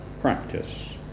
practice